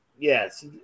yes